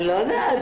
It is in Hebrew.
אני לא יודעת.